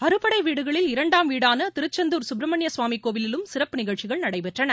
அறுபடை வீடுகளில் இரண்டாம் வீடான திருச்செந்தூர் சுப்பிரமணிய சுவாமி கோவிலிலும் சிறப்பு நிகழ்ச்சிகள் நடைபெற்றன